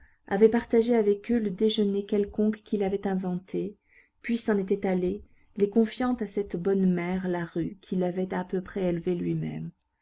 avait partagé avec eux le déjeuner quelconque qu'il avait inventé puis s'en était allé les confiant à cette bonne mère la rue qui l'avait à peu près élevé lui-même